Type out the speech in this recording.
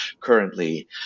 currently